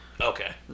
Okay